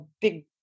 big